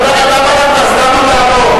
החברתיים הגדולים,